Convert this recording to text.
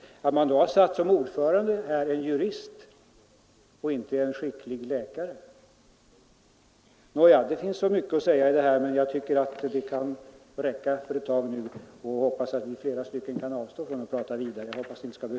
Man kan då undra över att en jurist har satts som ordförande och inte en skicklig läkare. Det finns mycket att säga om detta, men jag tycker att det kan räcka ett tag nu. Jag hoppas att flera av oss nu kan avstå från att prata vidare.